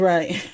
Right